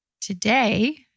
Today